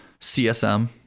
CSM